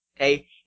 Okay